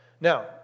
Now